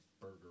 Burger